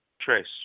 Trace